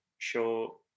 show